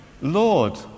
Lord